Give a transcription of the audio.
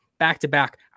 Back-to-back